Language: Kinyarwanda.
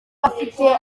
bafite